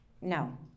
No